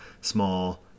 small